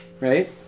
right